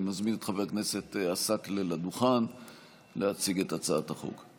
אני מזמין את חבר הכנסת עסאקלה לדוכן להציג את הצעת החוק.